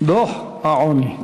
דוח העוני.